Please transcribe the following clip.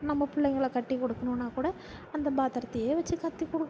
நம்ம பிள்ளைங்கள கட்டி கொடுக்குன்னுனா கூட அந்த பாத்திரத்தயே வச்சு கட்டி கொடுத்